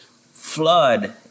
flood